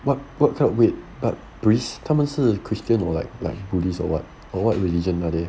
what what kind of wait but kris 他们是 christian or like like buddhist or what or what religion are they